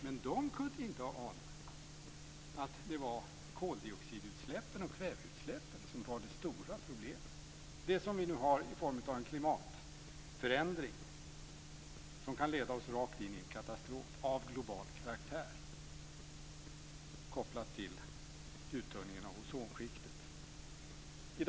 Men de kunde inte ha anat att det var koldioxidutsläppen och kväveutsläppen som var det stora problemet - det som vi nu har i form av en klimatförändring som kan leda oss rakt in i en katastrof av global karaktär; detta kopplat till uttunningen av ozonskiktet.